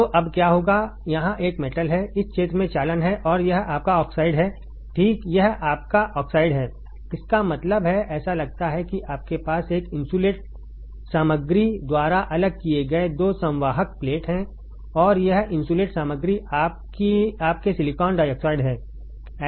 तो अब क्या होगा यहां एक मेटल है इस क्षेत्र में चालन है और यह आपका ऑक्साइड है ठीक यह आपका ऑक्साइड है इसका मतलब है ऐसा लगता है कि आपके पास एक इन्सुलेट सामग्री द्वारा अलग किए गए 2 संवाहक प्लेट हैं और यह इन्सुलेट सामग्री आपके सिलिकॉन डाइऑक्साइड है